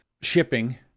shipping